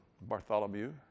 Bartholomew